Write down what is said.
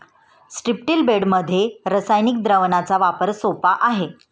स्ट्रिप्टील बेडमध्ये रासायनिक द्रावणाचा वापर सोपा आहे